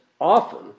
often